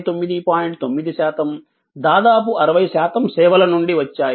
9 శాతం దాదాపు 60 శాతం సేవల నుండి వచ్చాయి